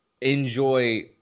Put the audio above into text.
enjoy